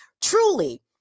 Truly